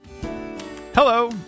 Hello